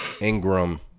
Ingram